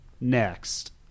Next